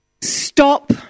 Stop